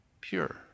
pure